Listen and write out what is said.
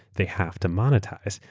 they have to monetize.